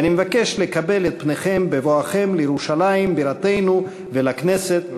ואני מבקש לקבל את פניכם בבואכם לירושלים בירתנו ולכנסת,